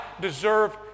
deserve